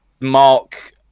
mark